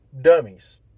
dummies